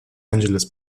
angeles